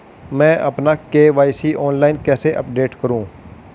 मैं अपना KYC online कैसे अपडेट करूँ?